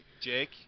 Jake